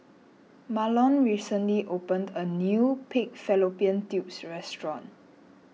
Mahlon recently opened a new Pig Fallopian Tubes restaurant